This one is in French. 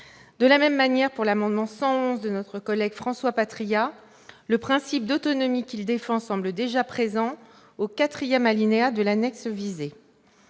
De la même manière, s'agissant de l'amendement n° 111 de notre collègue François Patriat, le principe d'autonomie qu'il défend semble déjà présent au quatrième alinéa de l'annexe visée.